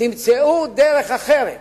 תמצאו דרך אחרת.